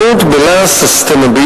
בלעז sustainability.